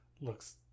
looks